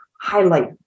highlight